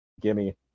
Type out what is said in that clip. gimme